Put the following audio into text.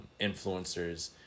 influencers